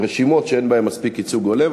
רשימות שאין בהן ייצוג הולם,